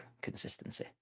consistency